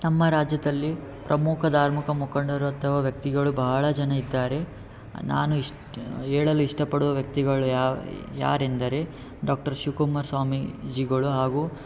ನಮ್ಮ ರಾಜ್ಯದಲ್ಲಿ ಪ್ರಮುಖ ಧಾರ್ಮಿಕ ಮುಖಂಡರು ಅಥವಾ ವ್ಯಕ್ತಿಗಳು ಭಾಳ ಜನ ಇದ್ದಾರೆ ನಾನು ಇಷ್ಟು ಹೇಳಲು ಇಷ್ಟ ಪಡುವ ವ್ಯಕ್ತಿಗಳು ಯಾರೆಂದರೆ ಡಾಕ್ಟರ್ ಶಿವ್ ಕುಮಾರ್ ಸ್ವಾಮೀಜಿಗಳು ಹಾಗು